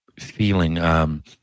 feeling